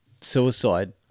suicide